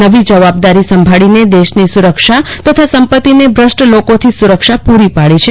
નવી જવાબદારી સંભાળીને દેશની સુરક્ષા તથા સંપત્તિને બ્રષ્ટ લોકોથી સુરક્ષા પુરી પાડી છે